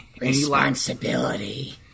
Responsibility